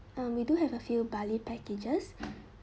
mm we do have a few bali packages